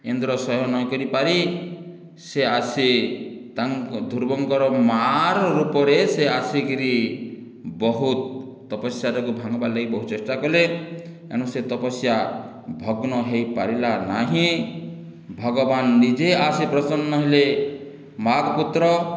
ଇନ୍ଦ୍ର ସହ୍ୟ ନ କରି ପାରି ସେ ଆସି ତାଙ୍କୁ ଧ୍ରୁବଙ୍କର ମା'ର ରୂପରେ ସେ ଆସିକିରି ବହୁତ ତପସ୍ୟାଟାକୁ ଭାଙ୍ଗିବାର ଲାଗି ବହୁତ ଚେଷ୍ଟା କଲେ ଏଣୁ ସେ ତପସ୍ୟା ଭଗ୍ନ ହେଇ ପାରିଲା ନାହିଁ ଭଗବାନ ନିଜେ ଆସି ପ୍ରସନ୍ନ ହେଲେ ମାଗ ପୁତ୍ର